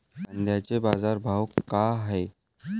कांद्याचे बाजार भाव का हाये?